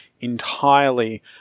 entirely